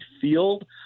field